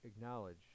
acknowledge